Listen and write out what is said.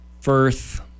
Firth